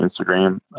Instagram